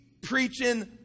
preaching